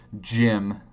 Jim